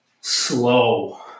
slow